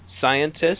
scientists